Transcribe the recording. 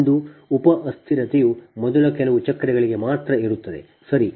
ಒಂದು ಉಪ ಅಸ್ಥಿರತೆಯು ಮೊದಲ ಕೆಲವು ಚಕ್ರಗಳಿಗೆ ಮಾತ್ರ ಇರುತ್ತದೆ ಸರಿ